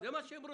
שהם רוצים.